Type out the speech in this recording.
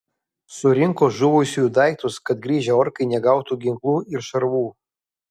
surinko žuvusiųjų daiktus kad grįžę orkai negautų ginklų ir šarvų